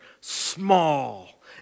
Small